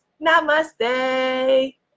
namaste